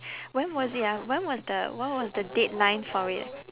when was it ah when was the what was the deadline for it